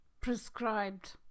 prescribed